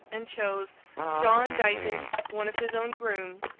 and chose john dighton, one of his own grooms,